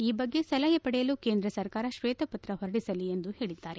ಈ ಬಗ್ಗೆ ಸಲಹೆ ಪಡೆಯಲು ಕೇಂದ್ರ ಸರ್ಕಾರ ಶ್ಲೇತ ಪತ್ರ ಹೊರಡಿಸಲಿ ಎಂದು ಹೇಳಿದ್ದಾರೆ